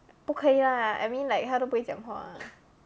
不可以 lah I mean like 他都不会讲话